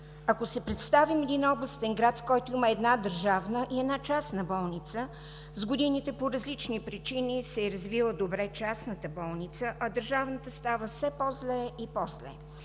„Ако си представим един областен град, в който има една държавна и една частна болница, с годините по различни причини се е развила частната болница, а държавната става все по-зле и по-зле,